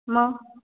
मग